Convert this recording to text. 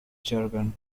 jargon